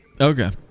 Okay